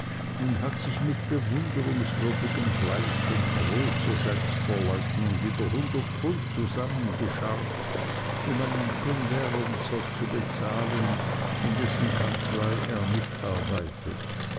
und hat sich mit bewunderungswürdigem fleiß und großer selbstverleugnung wieder hundert pfund zusammengescharrt um einen conveyancer zu bezahlen in dessen kanzlei er mitarbeitet